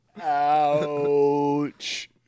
Ouch